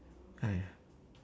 !aiya!